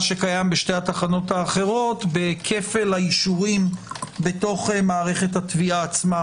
מה שקיים בשתי התחנות האחרות בכפל האישורים בתוך מערכת התביעה עצמה,